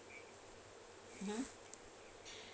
mmhmm